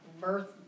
Birth